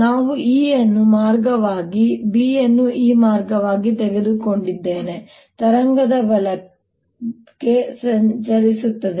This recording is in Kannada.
ನಾವು E ಅನ್ನು ಈ ಮಾರ್ಗವಾಗಿ ಮತ್ತು B ಅನ್ನು ಈ ಮಾರ್ಗವಾಗಿ ತೆಗೆದುಕೊಂಡಿದ್ದೇವೆ ಅಲೆಯು ಬಲಕ್ಕೆ ಚಲಿಸುತ್ತದೆ